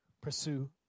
Pursue